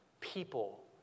People